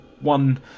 one